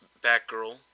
Batgirl